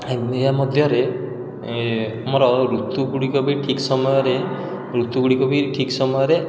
ଏହା ମଧ୍ୟରେ ଆମର ଋତୁ ଗୁଡ଼ିକ ବି ଠିକ ସମୟରେ ଋତୁ ଗୁଡ଼ିକ ବି ଠିକ ସମୟରେ